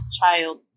child